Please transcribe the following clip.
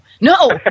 no